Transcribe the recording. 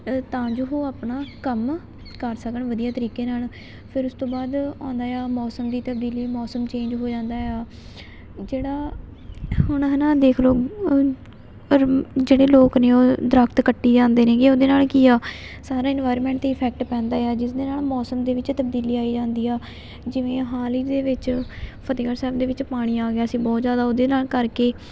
ਤਾਂ ਜੋ ਉਹ ਆਪਣਾ ਕੰਮ ਕਰ ਸਕਣ ਵਧੀਆ ਤਰੀਕੇ ਨਾਲ ਫਿਰ ਉਸ ਤੋਂ ਬਾਅਦ ਆਉਂਦਾ ਆ ਮੌਸਮ ਦੀ ਤਬਦੀਲੀ ਮੌਸਮ ਚੇਂਜ ਹੋ ਜਾਂਦਾ ਆ ਜਿਹੜਾ ਹੁਣ ਹੈ ਨਾ ਦੇਖ ਲਉ ਔਰ ਜਿਹੜੇ ਲੋਕ ਨੇ ਉਹ ਦਰਖਤ ਕੱਟੀ ਜਾਂਦੇ ਨੇ ਗੇ ਉਹਦੇ ਨਾਲ ਕੀ ਆ ਸਾਰਾ ਇਨਵਾਇਰਮੈਂਟ 'ਤੇ ਇਫੈਕਟ ਪੈਂਦਾ ਆ ਜਿਸ ਦੇ ਨਾਲ ਮੌਸਮ ਦੇ ਵਿੱਚ ਤਬਦੀਲੀ ਆਈ ਜਾਂਦੀ ਆ ਜਿਵੇਂ ਹਾਲ ਹੀ ਦੇ ਵਿੱਚ ਫਤਿਹਗੜ੍ਹ ਸਾਹਿਬ ਦੇ ਵਿੱਚ ਪਾਣੀ ਆ ਗਿਆ ਸੀ ਬਹੁਤ ਜ਼ਿਆਦਾ ਉਹਦੇ ਨਾਲ ਕਰਕੇ